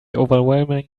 overwhelming